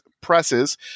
presses